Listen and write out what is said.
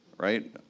Right